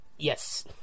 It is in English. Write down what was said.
Yes